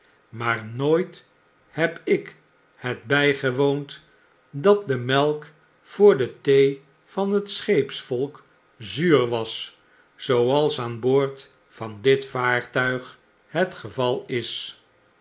maar nooit heb ik het bflgewoond dat de melk voor de thee van het scheepsvolk zuur was zooals aan boord van dit vaartuig het geval is